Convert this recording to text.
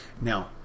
Now